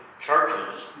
churches